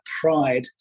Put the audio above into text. pride